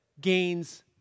gains